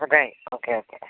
റിദൈ okay okay